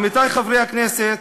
עמיתי חברי הכנסת,